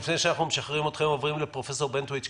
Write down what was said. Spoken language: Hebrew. לפני שאנחנו משחררים אתכם ועוברים לפרופ' בנטואיץ',